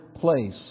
place